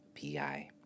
pi